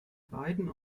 beiden